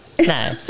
No